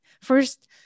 First